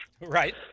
Right